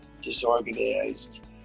disorganized